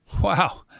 Wow